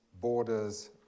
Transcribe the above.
borders